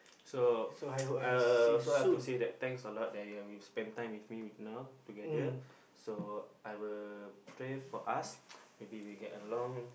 so I'll also have to say that thanks a lot that you have been spend time with me with now together so I will pray for us maybe we get along